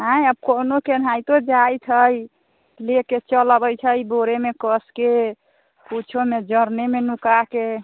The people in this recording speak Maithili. आँए आब कोनो केनाहितो जाइत हइ लऽ कऽ चलि अबै छै बोरेमे कसिकऽ किछु नहि जरनेमे नुकाकऽ